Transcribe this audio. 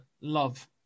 love